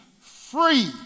free